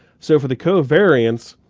so for the covariance,